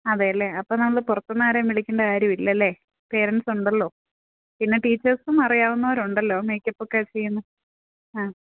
അതെ അല്ലേ അപ്പം നമ്മൾ പുറത്തു നിന്നാരേയും വിളിക്കേണ്ട കാര്യമില്ല അല്ലേ പേരൻസ് ഉണ്ടല്ലോ പിന്നെ ടീച്ചേഴ്സും അറിയാവുന്നവർ ഉണ്ടല്ലോ മേക്കപ്പൊക്കെ ചെയ്യുന്നത് ആ